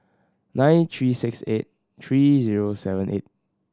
nine three six eight three zero seven eight